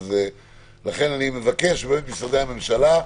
לכן אני מבקש ממשרדי הממשלה.